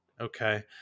Okay